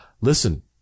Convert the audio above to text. Listen